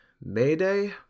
Mayday